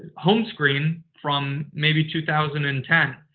home screen from maybe two thousand and ten,